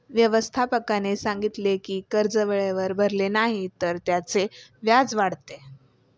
व्यवस्थापकाने सांगितले की कर्ज वेळेवर भरले नाही तर त्याचे व्याज वाढते